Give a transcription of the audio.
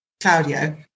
Claudio